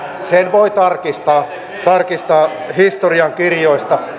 sen voi tarkistaa historiankirjoista